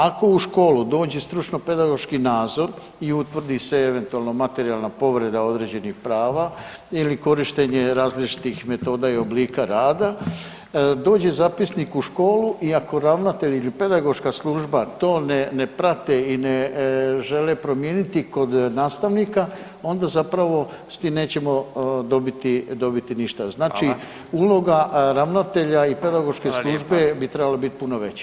Ako u školu dođe stručno pedagoški nadzor i utvrdi se eventualno materijalna povreda određenih prava ili korištenje različitih metoda i oblika rada, dođe zapisnik u školu i ako ravnatelj ili pedagoška služba, to ne prate i ne žele promijeniti kod nastavnika, onda zapravo s tim nećemo dobiti ništa [[Upadica Radin: Hvala.]] Znači uloga ravnatelja i pedagoške službe bi trebala bit puno veća.